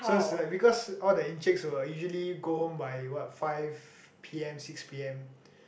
so it's like because all the Enciks will usually go home by what five p_m six p_m